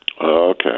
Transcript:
Okay